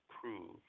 prove